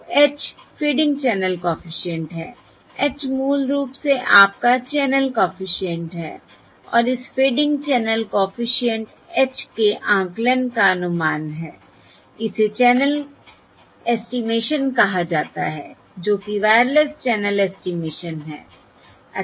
तो h fading channel coefficient है h मूल रूप से आपका चैनल कॉफिशिएंट है और इस फेडिंग चैनल कॉफिशिएंट h के आकलन का अनुमान है इसे चैनल ऐस्टीमेशन कहा जाता है जो कि वायरलेस चैनल ऐस्टीमेशन है